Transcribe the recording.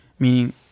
Meaning